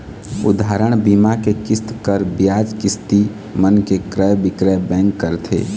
उदाहरन, बीमा के किस्त, कर, बियाज, किस्ती मन के क्रय बिक्रय बेंक करथे